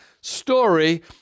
story